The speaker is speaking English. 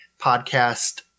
podcast